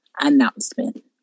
announcement